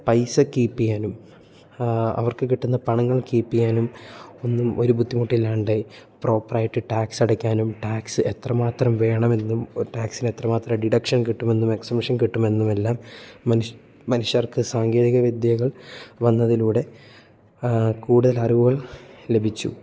പൈസ കീപ്പ് ചെയ്യാനും അവർക്ക് കിട്ടുന്ന പണങ്ങൾ കീപ്പ് ചെയ്യാനും ഒന്നും ഒരു ബുദ്ധിമുട്ടില്ലാണ്ട് പ്രോപ്പറായിട്ട് ടാക്സ് അടയ്ക്കാനും ടാക്സ് എത്ര മാത്രം വേണമെന്നും ടാക്സിന് എത്ര മാത്ര ഡിഡക്ഷൻ കിട്ടുമെന്നും എക്സംഷൻ കിട്ടുമെന്നും എല്ലാം മനുഷ്യൻ മനുഷ്യർക്ക് സാങ്കേതിക വിദ്യകൾ വന്നതിലൂടെ കൂടുതൽ അറിവുകൾ ലഭിച്ചു